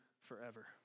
forever